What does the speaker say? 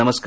नमस्कार